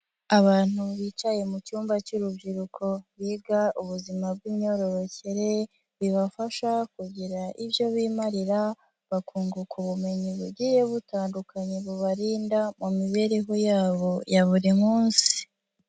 Abantu bicaye mu cyumba cy'urubyiruko biga ubuzima bw'imyororokere, bibafasha kugira ibyo bimarira, bakunguka ubumenyi bugiye butandukanye bubarinda mu mibereho yabo ya buri munsi.